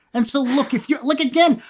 and so, look, if you look again,